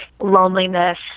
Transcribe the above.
loneliness